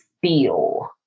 feel